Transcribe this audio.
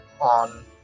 on